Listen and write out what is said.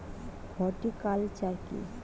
Horticulture কি?